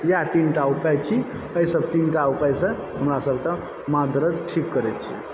इएह तीन टा उपाय छी एहिसब तीनटा उपाय सॅं हमरा सबके माथ दर्द ठीक करै छै